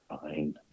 Fine